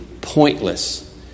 pointless